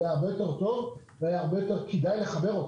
היה הרבה יותר טוב והיה הרבה יותר כדאי לחבר.